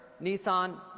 Nissan